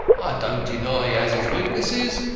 don't deny he has his weaknesses,